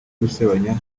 gusebanya